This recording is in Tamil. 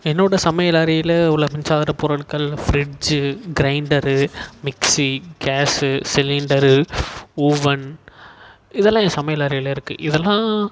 என்னோடய சமையலறையில் உள்ள மின்சாதனப் பொருட்கள் fridge grinder mixie gas cylinder oven இதெல்லாம் என் சமையலறையில இருக்குது இதெல்லாம்